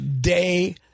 day